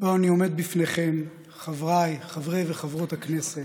עומד בפניכם, חבריי חברי וחברות הכנסת,